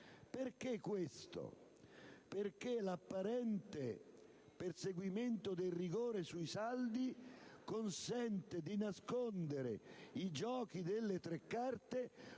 Perché questo? Perché l'apparente perseguimento del rigore sui saldi consente di nascondere i giochi delle tre carte